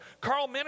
Carl